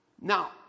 Now